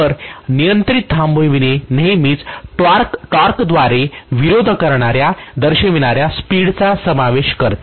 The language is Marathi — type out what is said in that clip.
तर नियंत्रित थांबविणे नेहमीच टॉर्कद्वारे विरोध दर्शविणाऱ्या स्पीड चा समावेश करते